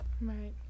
Right